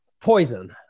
poison